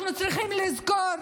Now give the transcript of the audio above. אנחנו צריכים לזכור